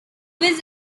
was